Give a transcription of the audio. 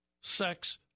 Sex